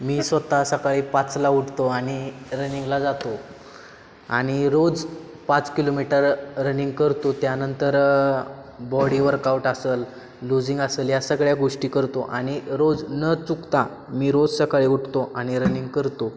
मी स्वत सकाळी पाचला उठतो आणि रनिंगला जातो आणि रोज पाच किलोमीटर रनिंग करतो त्यानंतर बॉडी वर्कआउट असेल लुझिंग असेल या सगळ्या गोष्टी करतो आणि रोज न चुकता मी रोज सकाळी उठतो आणि रनिंग करतो